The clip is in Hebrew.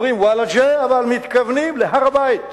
אומרים וולג'ה, אבל מתכוונים להר-הבית.